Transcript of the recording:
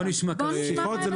בואו נשמע את הבנקים.